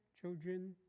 children